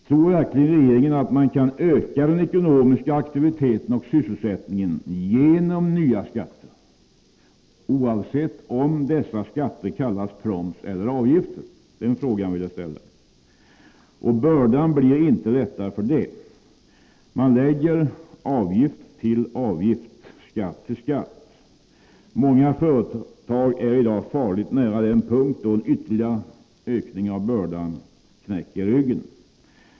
Tror verkligen regeringen att man kan öka den ekonomiska aktiviteten och sysselsättningen genom nya skatter, oavsett om dessa skatter kallas proms eller avgifter? Den frågan vill jag ställa. Bördan blir inte lättare för det. Man lägger avgift till avgift och skatt till skatt. Många företag är i dag farligt nära den punkt då en ytterligare ökning av bördan knäcker ryggen.